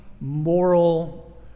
moral